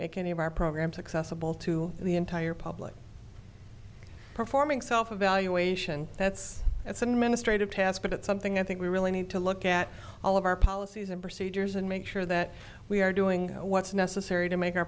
make any of our programs accessible to the entire public performing self evaluation that's that's an administrative task but it's something i think we really need to look at all of our policies and procedures and make sure that we are doing what's necessary to make our